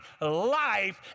life